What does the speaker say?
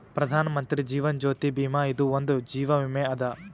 ಪ್ರಧಾನ್ ಮಂತ್ರಿ ಜೀವನ್ ಜ್ಯೋತಿ ಭೀಮಾ ಇದು ಒಂದ ಜೀವ ವಿಮೆ ಅದ